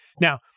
Now